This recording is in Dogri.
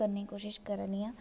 करने दी कोशिश करा दी आं